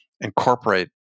incorporate